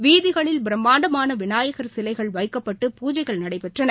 வீதிகளில் பிரமாண்டமானவிநாயகர் சிலைகள் வைக்கப்பட்டு பூஜைகள் நடைபெற்றன